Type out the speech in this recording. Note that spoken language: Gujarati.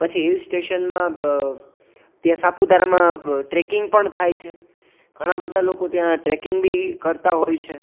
પછી હીલ સ્ટેશનમાં ત્યાં સાપુતારામાં ટ્રેકિંગ પણ થાય છે ઘણા બધા લોકો ત્યાં ટ્રેકિંગ બી કરતા હોય છે